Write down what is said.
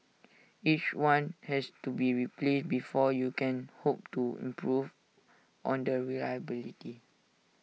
even when they read what they recall the mainstream media they don't read IT blindly